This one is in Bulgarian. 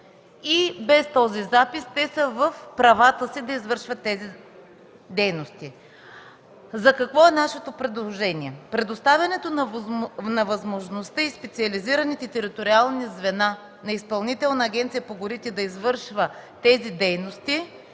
И без този запис те са в правата си да извършват тези дейности. За какво е нашето предложение? Предоставянето на възможността и специализираните териториални звена на Изпълнителната агенция по горите да извършва тези дейности